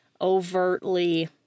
overtly